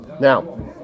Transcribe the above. Now